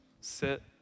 sit